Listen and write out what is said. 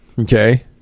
okay